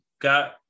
got